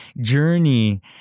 journey